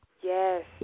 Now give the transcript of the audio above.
Yes